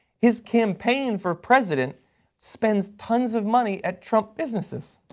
his campaign for president spends tons of money at trump businesses.